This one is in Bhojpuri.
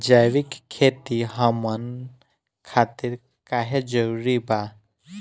जैविक खेती हमन खातिर काहे जरूरी बा?